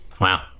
wow